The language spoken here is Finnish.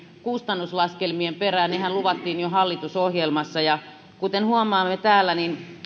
kustannuslaskelmien perään nehän luvattiin jo hallitusohjelmassa kuten huomaamme täältä